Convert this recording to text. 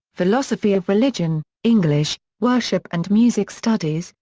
philosophy of religion, english, worship and music studies,